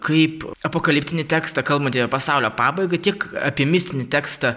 kaip apokaliptinį tekstą kalbantį apie pasaulio pabaigą tiek apie mistinį tekstą